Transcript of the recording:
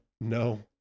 no